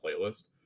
playlist